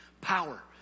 Power